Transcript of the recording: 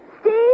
Steve